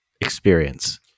experience